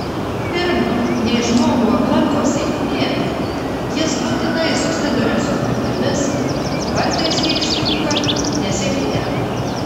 pirm nei žmogų aplanko sėkmė jis būtinai susiduria su kliūtimis kartais jį ištinka nesėkmė